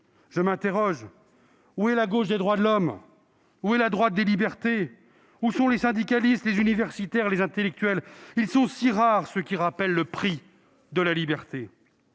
Je m'interroge : où est la gauche des droits de l'homme ? Où est la droite des libertés ? Où sont les syndicalistes, les universitaires, les intellectuels ? Ils sont si rares, ceux qui rappellent le prix de la liberté